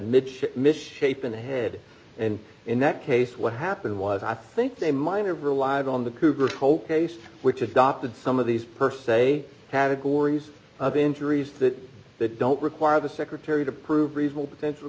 mitch misshapen head and in that case what happened was i think they might have relied on the cougar whole case which adopted some of these per se categories of injuries that that don't require the secretary to prove reeves will potential